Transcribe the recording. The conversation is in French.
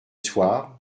soir